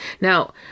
Now